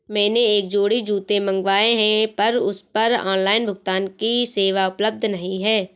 मैंने एक जोड़ी जूते मँगवाये हैं पर उस पर ऑनलाइन भुगतान की सेवा उपलब्ध नहीं है